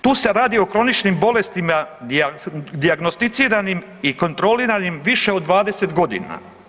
Tu se radi o kroničnim bolestima dijagnosticiranim i kontroliranim više od 20 godina.